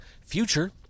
future